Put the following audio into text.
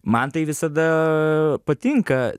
man tai visada patinka